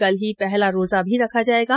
कल ही पहला रोजा भी रखा जाएगा